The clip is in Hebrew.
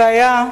הבעיה,